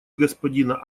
господина